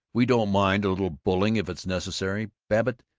we don't mind a little bullying, if it's necessary. babbitt,